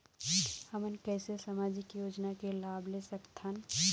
हमन कैसे सामाजिक योजना के लाभ ले सकथन?